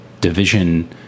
division